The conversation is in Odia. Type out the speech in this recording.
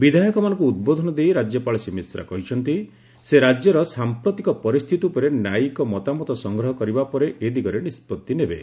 ବିଧାୟକମାନଙ୍କୁ ଉଦ୍ବୋଧନ ଦେଇ ରାଜ୍ୟପାଳ ଶ୍ରୀ ମିଶ୍ରା କହିଛନ୍ତି ସେ ରାଜ୍ୟର ସାମ୍ପ୍ରତିକ ପରିସ୍ଥିତି ଉପରେ ନ୍ୟାୟିକ ମତାମତ ସଂଗ୍ରହ କରିବା ପରେ ଏ ଦିଗରେ ନିଷ୍କଭି ନେବେ